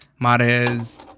Marez